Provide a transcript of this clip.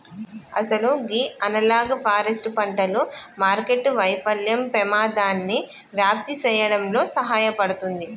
అసలు గీ analog forest పంటలు మార్కెట్టు వైఫల్యం పెమాదాన్ని వ్యాప్తి సేయడంలో సహాయపడుతుంది